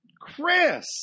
Chris